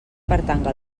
pertanga